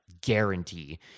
guarantee